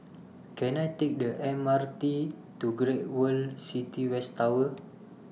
Can I Take The M R T to Great World City West Tower